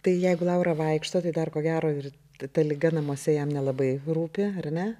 tai jeigu laura vaikšto tai dar ko gero ir ta ta liga namuose jam nelabai rūpi ar ne